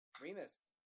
Remus